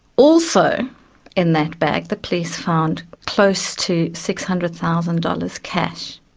also in that bag the police found close to six hundred thousand dollars cash.